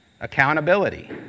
Accountability